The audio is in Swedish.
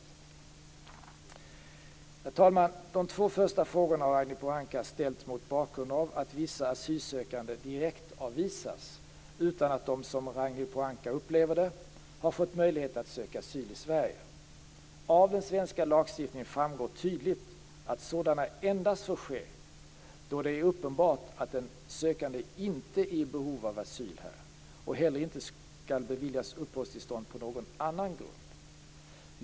Herr talman! De två första frågorna har Ragnhild Pohanka ställt mot bakgrund av att vissa asylsökande direktavvisas utan att de, som Ragnhild Pohanka upplever det, har fått möjlighet att söka asyl i Sverige. Av den svenska lagstiftningen framgår tydligt att sådana avvisningar endast får ske då det är uppenbart att den sökande inte är i behov av asyl här och heller inte skall beviljas uppehållstillstånd på någon annan grund.